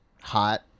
hot